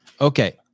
Okay